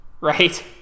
Right